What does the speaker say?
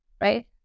right